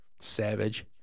Savage